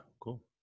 Cool